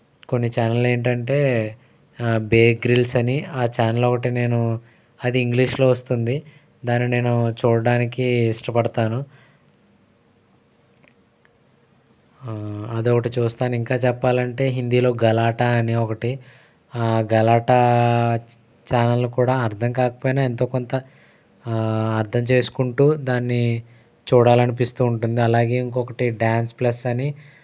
కొన్ని ఛానల్లు ఏంటంటే బేర్ గ్రిల్స్ అని ఆ ఛానల్ ఒకటి నేను అది ఇంగ్లీష్లో వస్తుంది దాన్ని నేను చూడటానికి ఇష్టపడతాను అది ఒకటి చూస్తాను ఇంకా చెప్పాలంటే హిందీలో గలాటా అని ఒకటి గలాటా ఛానల్ కూడా అర్థం కాకపోయినా ఎంతో కొంత అర్థం చేసుకుంటూ దాన్ని చూడాలనిపిస్తూ ఉంటుంది అలాగే ఇంకొకటి డాన్స్ ప్లస్ అని